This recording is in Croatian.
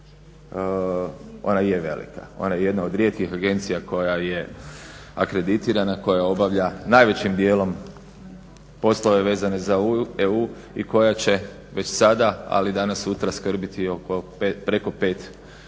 ona je velika, ona je jedna od rijetkih agencija koja je akreditirana, koja obavlja najvećim dijelom poslove vezane za EU i koja će već sada ali i danas sutra skrbiti oko, preko